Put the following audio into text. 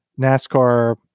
nascar